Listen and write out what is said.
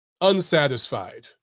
unsatisfied